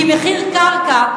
כי מחיר קרקע,